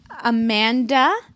amanda